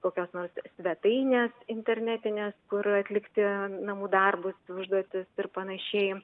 kokios nors svetainės internetinės kur atlikti namų darbus užduotis ir panašiai